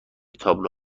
تابلو